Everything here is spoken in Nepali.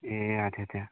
ए अच्छा अच्छा